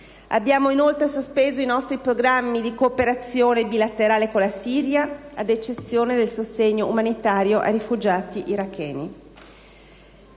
Abbiamo inoltre sospeso i nostri programmi di cooperazione bilaterale con la Siria, ad eccezione del sostegno umanitario ai rifugiati iracheni.